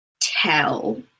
tell